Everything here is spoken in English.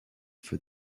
for